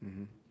mmhmm